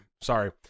sorry